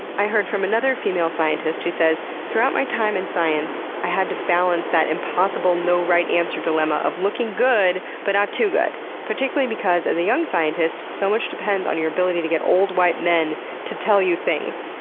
i heard from another female scientist who says, throughout my time in science i had to balance that impossible, no-right-answer dilemma of looking good but not too good. particularly because of the young scientists, so much depends on your ability to get old, white men to tell you things.